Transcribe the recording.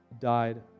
died